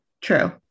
True